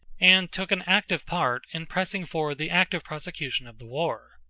and took an active part in pressing forward the active prosecution of the war.